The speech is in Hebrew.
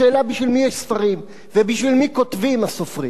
השאלה היא בשביל מי יש ספרים ובשביל מי כותבים הסופרים.